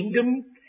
kingdom